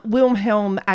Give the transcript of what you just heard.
Wilhelm